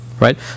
right